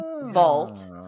Vault